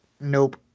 Nope